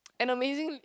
and amazing